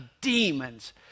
demons